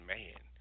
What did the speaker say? Man